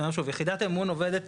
שוב, יחידת המימון עובדת